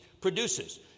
produces